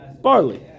barley